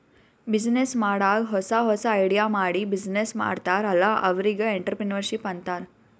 business ಮಾಡಾಗ್ ಹೊಸಾ ಹೊಸಾ ಐಡಿಯಾ ಮಾಡಿ ಬಿಸಿನ್ನೆಸ್ ಮಾಡ್ತಾರ್ ಅಲ್ಲಾ ಅವ್ರಿಗ್ ಎಂಟ್ರರ್ಪ್ರಿನರ್ಶಿಪ್ ಅಂತಾರ್